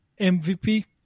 MVP